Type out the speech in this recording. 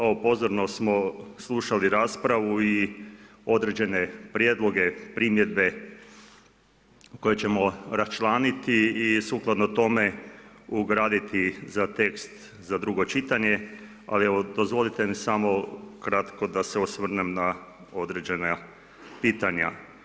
Evo pozorno smo slušali raspravu i određene prijedloge, primjedbe koje ćemo raščlaniti i sukladno tome ugraditi za tekst za drugo čitanje ali evo dozvolite mi samo kratko da se osvrnem na određena pitanja.